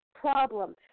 problem